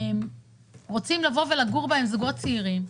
במקומות שרוצים לבוא ולגור בהם זוגות צעירים,